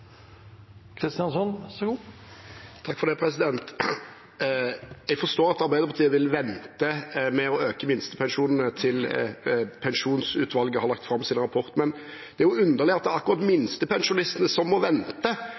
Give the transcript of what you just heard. Jeg forstår at Arbeiderpartiet vil vente med å øke minstepensjonene til pensjonsutvalget har lagt fram sin rapport, men det er underlig at det er akkurat minstepensjonistene som må vente.